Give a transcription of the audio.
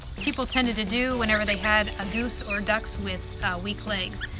people tended to do whenever they had a goose or ducks with weak legs.